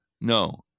No